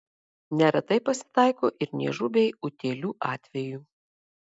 neretai pasitaiko ir niežų bei utėlių atvejų